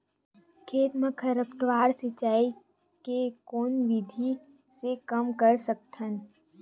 खेत म खरपतवार सिंचाई के कोन विधि से कम कर सकथन?